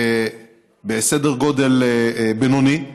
בסדר גודל בינוני.